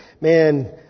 man